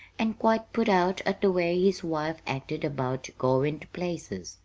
and quite put out at the way his wife acted about goin' to places.